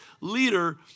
leader